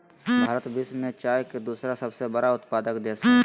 भारत विश्व में चाय के दूसरा सबसे बड़ा उत्पादक देश हइ